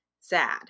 sad